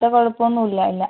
ഇപ്പം കുഴപ്പമൊന്നുമില്ല ഇല്ല